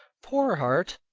poor heart!